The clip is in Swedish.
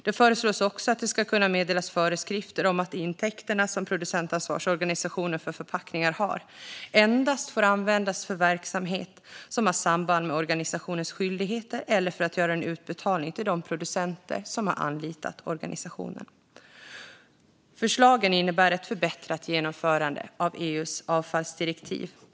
Det föreslås också att det ska kunna meddelas föreskrifter om att de intäkter som en producentansvarsorganisation för förpackningar har endast får användas för verksamhet som har samband med organisationens skyldigheter eller för att göra en utbetalning till de producenter som har anlitat organisationen. Förslagen innebär ett förbättrat genomförande av EU:s avfallsdirektiv.